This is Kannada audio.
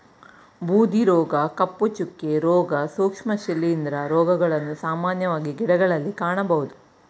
ಬೂದಿ ರೋಗ, ಕಪ್ಪು ಚುಕ್ಕೆ, ರೋಗ, ಸೂಕ್ಷ್ಮ ಶಿಲಿಂದ್ರ ರೋಗಗಳನ್ನು ಸಾಮಾನ್ಯ ಗಿಡಗಳಲ್ಲಿ ಕಾಣಬೋದು